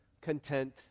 content